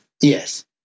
Yes